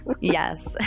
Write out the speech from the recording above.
Yes